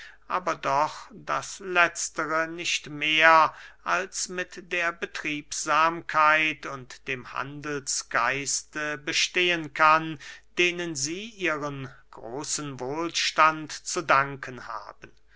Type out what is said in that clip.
aber doch das letztere nicht mehr als mit der betriebsamkeit und dem handelsgeiste bestehen kann denen sie ihren großen wohlstand zu danken haben